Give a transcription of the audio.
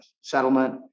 settlement